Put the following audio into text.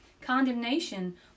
Condemnation